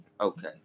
Okay